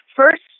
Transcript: first